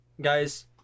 Guys